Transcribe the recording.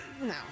No